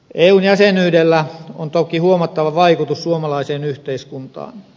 eun jäsenyydellä on toki huomattava vaikutus suomalaiseen yhteiskuntaan